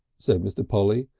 said mr. polly,